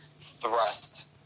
Thrust